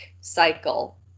cycle